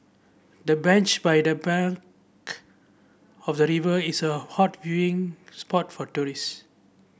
the bench by the bank of the river is a hot viewing spot for tourist